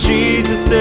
Jesus